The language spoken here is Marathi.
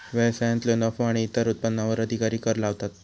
व्यवसायांतलो नफो आणि इतर उत्पन्नावर अधिकारी कर लावतात